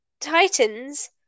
Titans